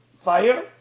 fire